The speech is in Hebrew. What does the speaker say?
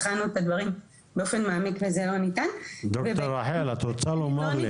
בחנו את הדברים באופן מעמיק וזה לא ניתן --- ד"ר רחל את רוצה לומר לי